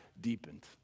deepened